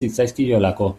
zitzaizkiolako